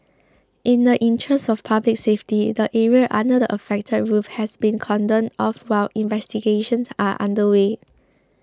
in the interest of public safety the area under the affected roof has been cordoned off while investigations are underway